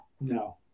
no